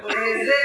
זה,